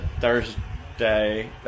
Thursday